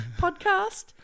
podcast